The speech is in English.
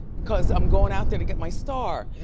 because i'm going out there to get my star. yeah.